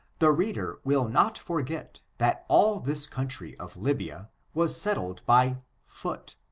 the reader will not forget that all this country of lybia was settled by phut,